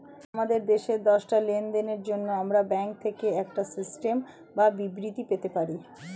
আমাদের শেষ দশটা লেনদেনের জন্য আমরা ব্যাংক থেকে একটা স্টেটমেন্ট বা বিবৃতি পেতে পারি